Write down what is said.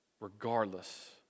regardless